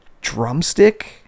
drumstick